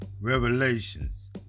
Revelations